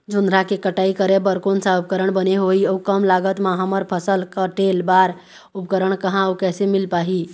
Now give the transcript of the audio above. जोंधरा के कटाई करें बर कोन सा उपकरण बने होही अऊ कम लागत मा हमर फसल कटेल बार उपकरण कहा अउ कैसे मील पाही?